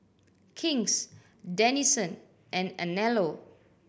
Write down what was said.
King's Denizen and Anello